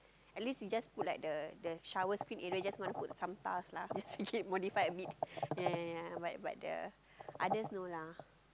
at least we just put like the the shower screen area so just want put some pass lah just make it modify a bit yea yea yea but but the others no lah